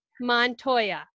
Montoya